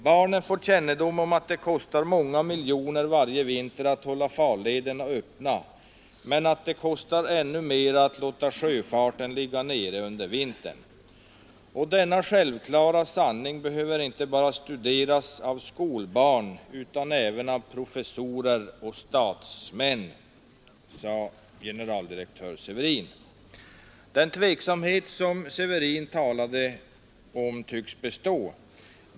Barnen får kännedom om att det kostar många miljoner varje vinter att hålla farlederna öppna men att det kostar ännu mera att låta sjöfarten ligga nere under vintern. Denna självklara sanning behöver inte bara studeras av skolbarn utan även av professorer och statsmän ———.” Den tveksamhet som Severin talade om tycks bestå.